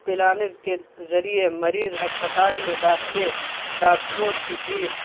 plans کے ذریعے مریض ہسپتال میں داخلے ڈاکٹروں کی فیس